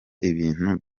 ibintu